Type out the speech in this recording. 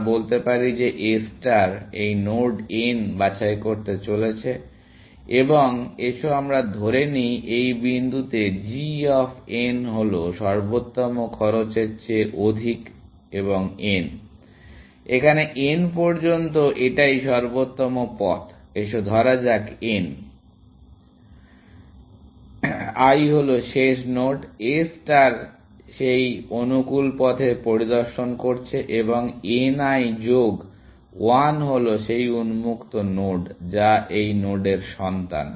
আমরা বলতে পারি যে A ষ্টার এই নোড n বাছাই করতে চলেছে এবং এসো আমরা ধরে নিই এই বিন্দুতে g অফ n হলো সর্বোত্তম খরচের চেয়ে অধিক এবং n l এখানে n পর্যন্ত এটাই সর্বোত্তম পথ এসো ধরা যাক n l হল শেষ নোড A ষ্টার সেই অনুকূল পথে পরিদর্শন করেছে এবং n l যোগ 1 হল সেই উন্মুক্ত নোড যা এই নোডের সন্তান